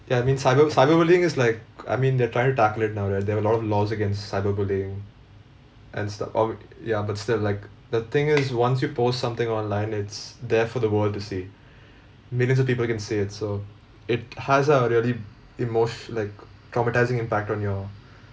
ya I mean cyber cyberbullying is like I mean they're trying to tackle it now they they've a lot of laws against cyber bullying and stuff or w~ ya but still like the thing is once you post something online it's there for the world to see millions of people can see it so it has a really emotio~ like traumatising impact on your